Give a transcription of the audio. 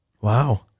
Wow